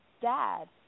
dad